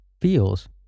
feels